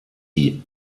die